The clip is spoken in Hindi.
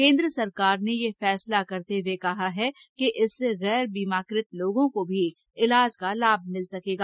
केन्द्र सरकार ने यह फैसला करते हुए कहा है कि इससे गैरबीमाकृत लोगों को भी इलाज का लाभ मिल सकेगा